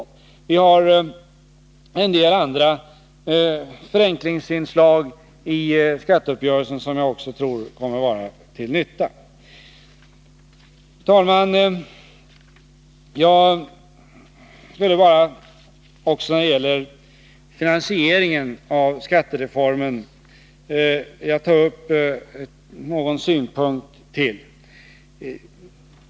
Det finns i skatteuppgörelsen också en del andra förenklingsinslag som jag tror kommer att vara till nytta. Fru talman! Jag skulle också vilja ta upp finansieringen av skattereformen.